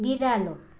बिरालो